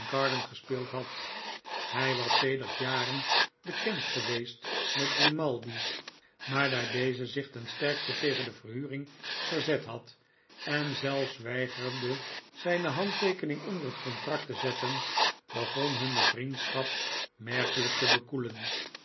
coventgarden gespeeld had hij was sedert jaren bekend geweest met grimaldi maar daar deze zich ten sterkste tegen de verhuring verzet had en zelfs weigerde zijne handteekening onder het contract te zetten begon hunne vriendschap merkelijk te bekoelen